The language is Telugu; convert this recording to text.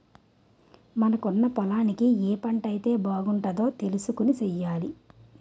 మనకున్న పొలానికి ఏ పంటైతే బాగుంటదో తెలుసుకొని సెయ్యాలి